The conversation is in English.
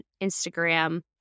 Instagram